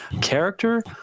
character